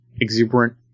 exuberant